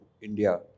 India